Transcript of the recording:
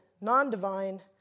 non-divine